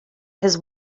his